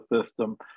system